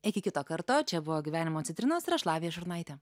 iki kito karto čia buvo gyvenimo citrinos ir aš lavija šurnaitė